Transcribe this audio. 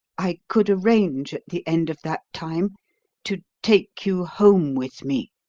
i could arrange at the end of that time to take you home with me.